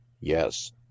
Yes